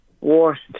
Worst